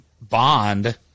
bond